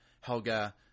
Helga